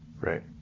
Right